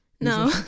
No